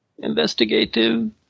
investigative